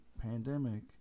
pandemic